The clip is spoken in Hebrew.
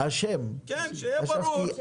שיהיה ברור.